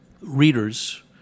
readers